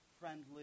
friendly